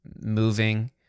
moving